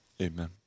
amen